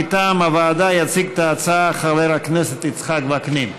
מטעם הוועדה יציג את ההצעה חבר הכנסת יצחק וקנין.